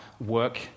work